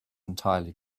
entirely